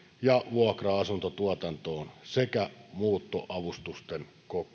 ja vuokra asuntotuotantoon sekä muuttoavustusten